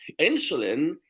Insulin